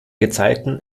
gezeiten